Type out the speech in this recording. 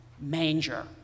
Manger